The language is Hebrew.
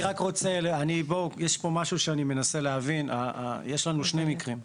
יש פה משהו שאני מנסה להבין, יש לנו שני מקרים,